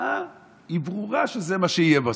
התוצאה היא ברורה: זה מה שיהיה בסוף.